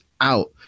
out